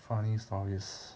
funny stories